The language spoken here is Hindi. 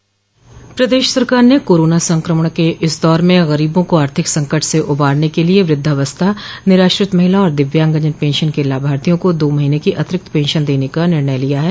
प्रदेश सरकार ने कोरोना संक्रमण के इस दौर में गरीबों को आर्थिक संकट से उबारने के लिए वृद्धावस्था निराश्रित महिला और दिव्यांगजन पेंशन के लाभार्थियों को दो महीने की अतिरिक्त पेंशन देने का निर्णय लिया है